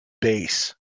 base